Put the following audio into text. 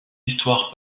histoire